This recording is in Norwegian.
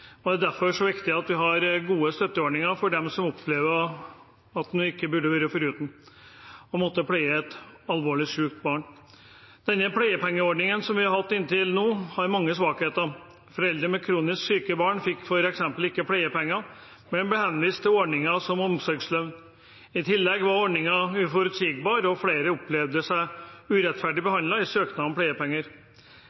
ramme flere. Derfor er det viktig at vi har gode støtteordninger for dem som opplever noe en burde vært foruten, å måtte pleie et alvorlig sykt barn. Pleiepengeordningen som vi har hatt inntil nå, hadde mange svakheter. Foreldre med kronisk syke barn fikk f.eks. ikke pleiepenger, men ble henvist til ordninger som omsorgslønn. I tillegg var ordningen uforutsigbar, og flere opplevde seg urettferdig